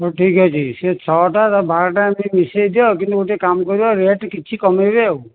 ହଉ ଠିକ୍ ଅଛି ସେ ଛଅଟାର ବାରଟା ଏମିତି ମିଶେଇ ଦିଅ କିନ୍ତୁ ଗୋଟେ କାମ୍ କରିବ ରେଟ୍ କିଛି କମେଇବେ ଆଉ